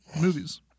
movies